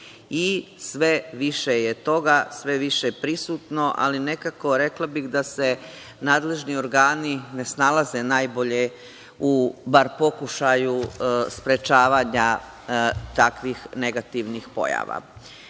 Sve više je toga. Sve više prisutno, ali nekako, rekla bih, da se nadležni organi ne snalaze najbolje u bar pokušaju sprečavanja takvih negativnih pojava. Jedan